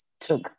took